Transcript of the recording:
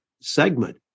segment